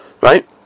right